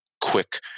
quick